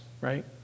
right